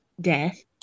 death